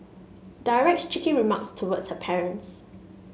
directs cheeky remarks towards her parents